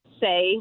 say